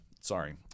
sorry